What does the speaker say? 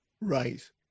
right